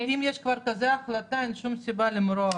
אם יש כבר כזאת החלטה, אין שום סיבה למרוח.